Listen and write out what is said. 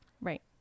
Right